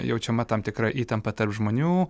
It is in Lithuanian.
jaučiama tam tikra įtampa tarp žmonių